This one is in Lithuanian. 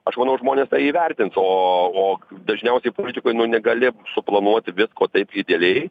aš manau žmonės įvertins o o dažniausiai politikoj nu negali suplanuoti visko taip idealiai